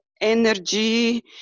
energy